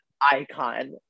icon